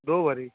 दो भरी